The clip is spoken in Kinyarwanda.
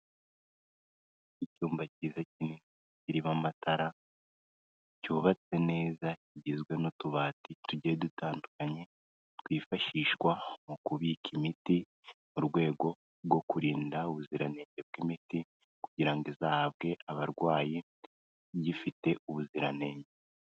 Icyumba cyiza kinini kirimo amatara, cyubatse neza kigizwe n'utubati tugiye dutandukanye, twifashishwa mu kubika imiti mu rwego rwo kurinda ubuziranenge bw'imiti kugira ngo izahabwe abarwayi igifite ubuziranenge.